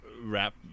rap